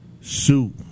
Sue